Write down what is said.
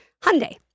Hyundai